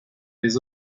des